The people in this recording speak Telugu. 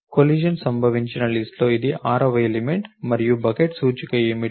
కొలిషన్ సంభవించిన లిస్ట్ లో ఇది ఆరవ ఎలిమెంట్ మరియు బకెట్ సూచిక ఏమిటి